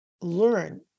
learn